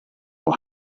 will